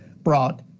brought